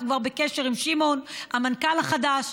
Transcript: אנחנו כבר בקשר עם שמעון, המנכ"ל החדש,